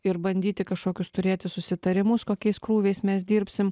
ir bandyti kažkokius turėti susitarimus kokiais krūviais mes dirbsim